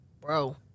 bro